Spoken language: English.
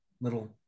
little